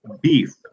beef